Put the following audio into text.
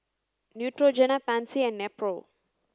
Neutrogena Pansy and Nepro